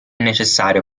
necessario